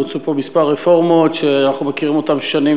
בוצעו פה כמה רפורמות שאנחנו מכירים אותן שנים,